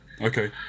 Okay